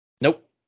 Nope